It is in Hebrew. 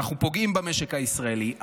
אנחנו פוגעים במשק הישראלי.